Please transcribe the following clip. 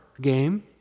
game